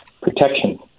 protection